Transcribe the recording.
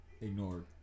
Ignored